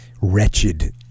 wretched